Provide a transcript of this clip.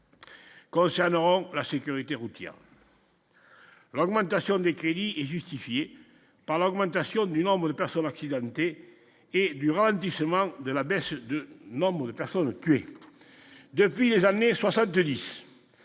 Concernant la sécurité routière alors moins des crédits et justifiée par l'augmentation du nombre de personnes accidentées et du ralentissement de la baisse de nombre de personnes tuées depuis les années 60